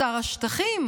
שר השטחים